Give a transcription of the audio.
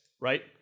right